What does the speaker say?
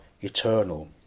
eternal